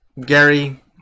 gary